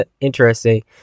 interesting